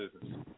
business